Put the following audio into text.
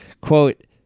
quote